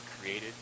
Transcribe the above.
created